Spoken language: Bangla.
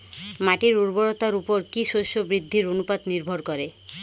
মাটির উর্বরতার উপর কী শস্য বৃদ্ধির অনুপাত নির্ভর করে?